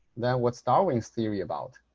then what's darwin's theory about?